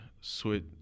switch